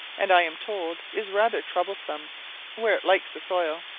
and, i am told, is rather troublesome where it likes the soil.